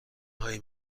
هایی